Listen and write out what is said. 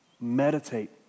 Meditate